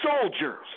soldiers